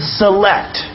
select